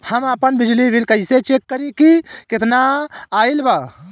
हम आपन बिजली बिल कइसे चेक करि की केतना आइल बा?